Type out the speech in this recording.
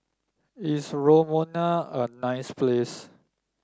is Romania a nice place